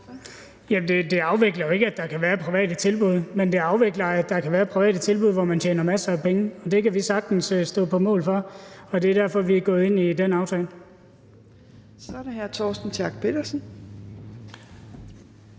Jamen det afvikler jo ikke, at der kan være private tilbud. Men det afvikler, at der kan være private tilbud, hvor man tjener masser af penge, og det kan vi sagtens stå på mål for. Det er derfor, vi er gået ind i den aftale. Kl. 12:00 Fjerde næstformand